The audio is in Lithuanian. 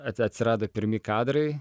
a atsirado pirmi kadrai